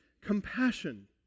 compassion